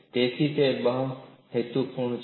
તેથી તે બંને હેતુઓને પૂર્ણ કરે છે